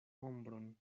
ombron